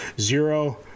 Zero